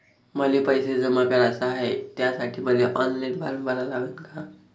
मले पैसे जमा कराच हाय, त्यासाठी मले ऑनलाईन फारम भरा लागन का?